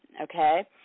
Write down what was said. okay